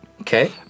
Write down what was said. Okay